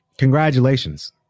Congratulations